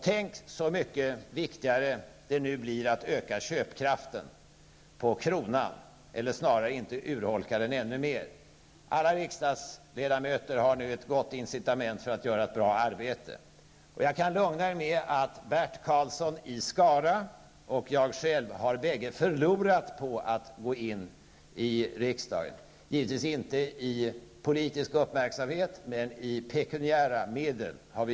Tänk så mycket viktigare det nu blir att öka köpkraften på kronan, eller snarare se till att inte urholka den ännu mer. Alla riksdagsledamöter har nu ett gott incitament för att göra ett bra arbete. Jag kan lugna er med att Bert Karlsson i Skara och jag själv bägge har förlorat på att gå in i riksdagen -- givetvis inte politisk uppmärksamhet, men i pekuniära medel.